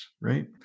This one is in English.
right